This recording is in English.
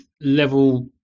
level